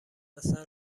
اصلا